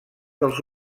dels